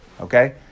okay